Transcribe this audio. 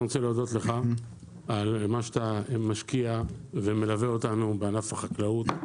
אני רוצה להודות לך על מה שאתה משקיע ומלווה אותנו בענף החקלאות,